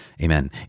Amen